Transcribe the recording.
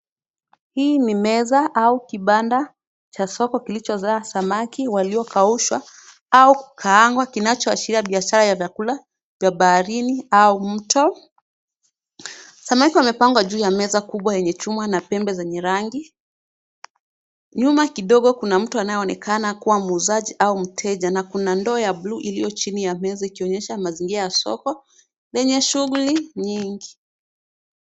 Hii ni meza au kibanda cha soko kilichojaa samaki waliokaushwa au kukaangwa kinachoashiria biashara ya vyakula vya baharini au mto. Samaki wamepangwa juu ya meza kubwa yenye chuma na pembe zenye rangi. Nyuma kidogo kuna mtu anayeonekana kuwa muuzaji au mteja na kuna ndoo ya blue iliyo chini ya meza ikionyesha mazingira ya soko lenye shughuli nyingi.